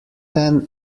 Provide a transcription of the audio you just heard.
ten